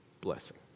blessing